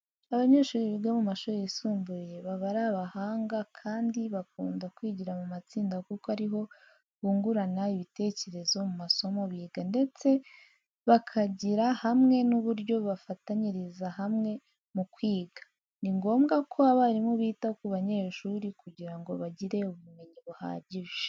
Abanyeshuri biga mu mashuri yisumbuye baba ari abahanga kandi bakunda kwigira mu matsinda, kuko ari ho bungurana ibitekerezo ku masomo biga ndetse bakigira hamwe n'uburyo bafatanyiriza hamwe mu kwiga. Ni ngombwa ko abarimu bita ku banyeshuri kugira ngo bagire ubumenyi buhagije.